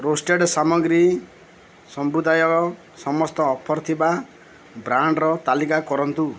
roasted ସାମଗ୍ରୀ ସମ୍ବନ୍ଧୀୟ ସମସ୍ତ ଅଫର୍ ଥିବା ବ୍ରାଣ୍ଡ୍ର ତାଲିକା କରନ୍ତୁ